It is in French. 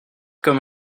comme